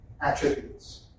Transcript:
attributes